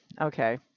okay